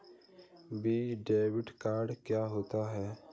Visa debit card क्या होता है?